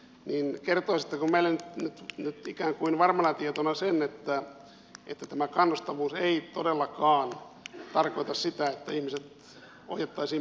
kertoisitteko meille nyt ikään kuin varmana tietona sen että tämä kannustavuus ei todellakaan tarkoita sitä että ihmiset ohjattaisiin pakkotyöhön